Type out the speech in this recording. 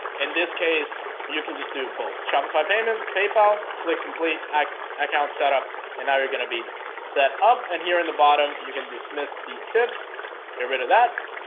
in this case you can just do both shopify payments paypal click complete account setup and now you're gonna be set up and here in the bottom you can dismiss these tips get rid of that.